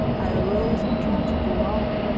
i arose and tried to go out,